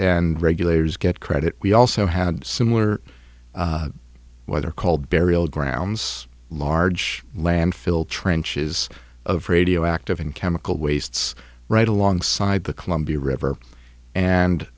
and regulators get credit we also had similar what are called burial grounds large land fill trenches of radioactive and chemical wastes right alongside the columbia river and